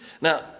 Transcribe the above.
Now